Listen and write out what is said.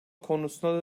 konusuna